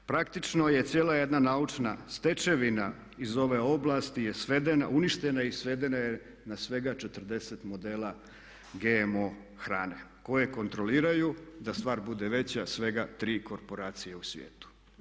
Praktično je cijela jedna naučna stečevina iz ove oblasti je svedena, uništena i svedena je na svega 40 modela GMO hrane koje kontroliraju da stvar bude veća svega 3 korporacije u svijetu.